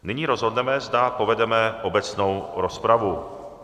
Nyní rozhodneme, zda povedeme obecnou rozpravu.